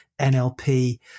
NLP